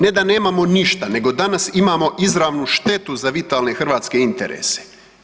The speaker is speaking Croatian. Ne da nemamo ništa nego danas imamo izravnu štetu za vitalne hrvatske interese.